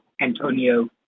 antonio